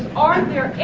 are there